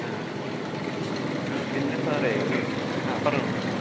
ആ ആ പിന്നെ സാറേ ഒരു ആ പറഞ്ഞോളു സാറെ